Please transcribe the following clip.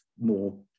more